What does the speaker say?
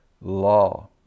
law